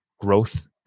growth